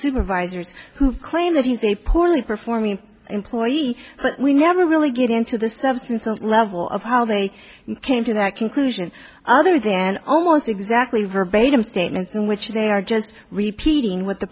supervisors who claim that he's a poorly performing employee but we never really get into the substance or level of how they came to that conclusion other than almost exactly verbatim statements in which they are just repeating what the